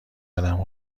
قدم